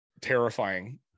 terrifying